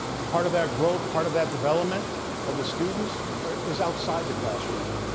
and part of that growth, part of that development of the students is outside the classroom.